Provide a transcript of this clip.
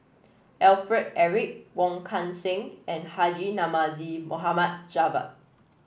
Alfred Eric Wong Kan Seng and Haji Namazie Mohd Javad